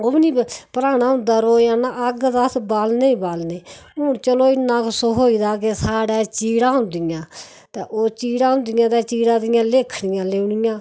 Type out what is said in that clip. ओह् बी नेईं अग्ग ते अस बालने गै बालने हून चलो इन्ना सुख होई दा अग्गी दा कि साढ़े चीडां होंदियां ते ओह् चीड़ां होंदियां ते चीड़ां दियां लेखनियां लेई औनियां